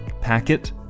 Packet